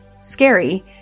scary